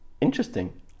interesting